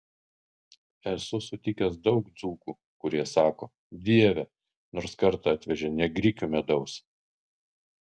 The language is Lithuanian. esu sutikęs daug dzūkų kurie sako dieve nors kartą atvežė ne grikių medaus